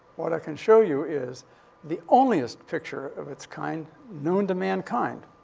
what i can show you is the onli-est picture of its kind known to mankind.